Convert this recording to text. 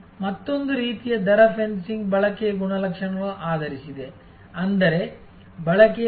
ಮತ್ತೊಂದು ರೀತಿಯ ದರ ಫೆನ್ಸಿಂಗ್ ಬಳಕೆಯ ಗುಣಲಕ್ಷಣಗಳನ್ನು ಆಧರಿಸಿದೆ ಅಂದರೆ ಬಳಕೆಯ ಸಮಯ ಮತ್ತು ಅವಧಿಯನ್ನು ನಿಗದಿಪಡಿಸಿ